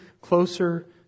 closer